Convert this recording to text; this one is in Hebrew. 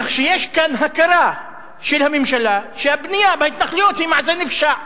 כך שיש כאן הכרה של הממשלה שהבנייה בהתנחלויות היא מעשה נפשע,